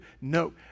No